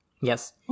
yes